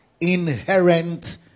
Inherent